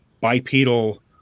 bipedal